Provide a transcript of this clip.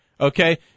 Okay